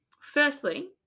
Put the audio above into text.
firstly